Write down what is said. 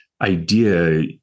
idea